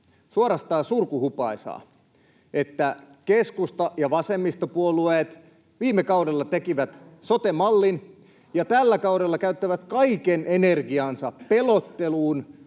suorastaan surkuhupaisaa, että keskusta ja vasemmistopuolueet viime kaudella tekivät sote-mallin ja tällä kaudella käyttävät kaiken energiansa pelotteluun,